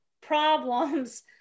problems